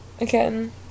again